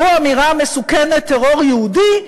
והוא האמירה המסוכנת 'טרור יהודי',